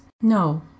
no